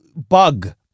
bug